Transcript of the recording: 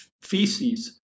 feces